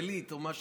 הרכבלית או מה שזה.